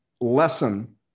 lesson